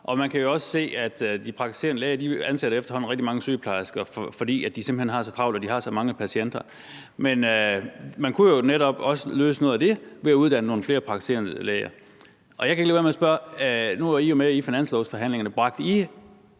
man kan jo også se, at de praktiserende læger efterhånden ansætter rigtig mange sygeplejersker, fordi de simpelt hen har så travlt og har så mange patienter. Men man kunne jo netop også løse noget af det ved at uddanne nogle flere praktiserende læger. Nu var SF jo med i finanslovsforhandlingerne,